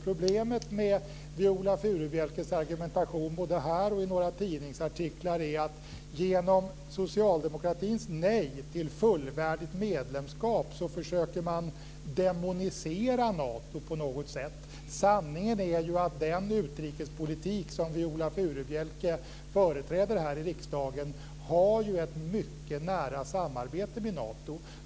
Problemet med Viola Furubjelkes argumentation både här och i några tidningsartiklar är att genom socialdemokratins nej till fullvärdigt medlemskap försöker man demonisera Nato på något sätt. Sanningen är att den utrikespolitik som Viola Furubjelke företräder här i riksdagen innebär ett mycket nära samarbete med Nato.